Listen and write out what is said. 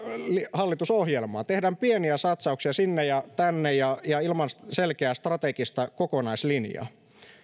hallitusohjelmaa tehdään pieniä satsauksia sinne ja tänne ja ja ilman selkeää strategista kokonaislinjaa